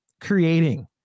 creating